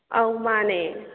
ꯑꯧ ꯃꯥꯅꯦ